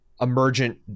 emergent